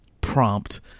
prompt